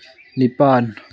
ꯅꯤꯄꯥꯜ